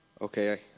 okay